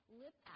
lip